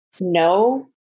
no